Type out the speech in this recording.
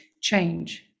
change